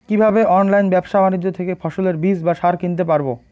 কীভাবে অনলাইন ব্যাবসা বাণিজ্য থেকে ফসলের বীজ বা সার কিনতে পারবো?